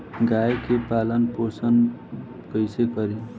गाय के पालन पोषण पोषण कैसे करी?